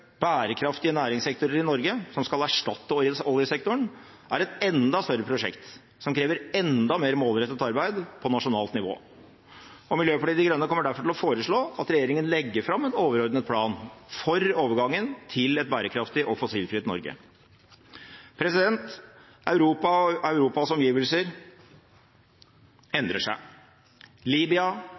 bærekraftige næringssektorer i Norge som skal erstatte oljesektoren, er et enda større prosjekt som krever enda mer målrettet arbeid på nasjonalt nivå. Miljøpartiet De Grønne kommer derfor til å foreslå at regjeringen legger fram en overordnet plan for overgangen til et bærekraftig og fossilfritt Norge. Europa og Europas omgivelser endrer seg. Libya,